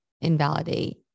invalidate